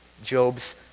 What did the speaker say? Job's